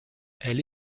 elle